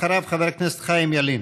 אחריו, חבר הכנסת חיים ילין.